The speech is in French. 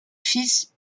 fils